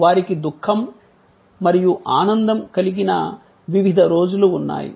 వారికి దుఃఖం మరియు ఆనందం కలిగిన వివిధ రోజులు ఉన్నాయి